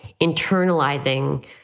internalizing